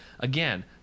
Again